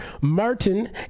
Martin